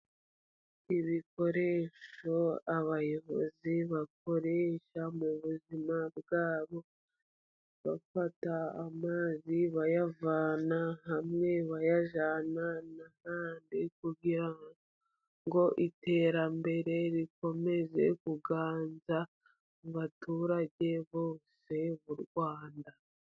Ibikoresho abayobozi bakoresha mu buzima bwabo, bafata amazi, bayavana hamwe bayajyana ahandi, kugira ngo iterambere rikomeze kuganza ku baturage bose mu Rwanda.